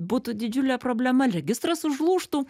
būtų didžiulė problema legistras užlūžtų